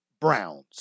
Browns